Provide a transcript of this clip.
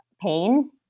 pain